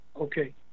okay